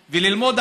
ללמוד,